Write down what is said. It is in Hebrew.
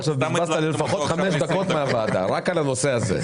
עכשיו בזבזתם חמש דקות מזמן הוועדה רק על הנושא הזה.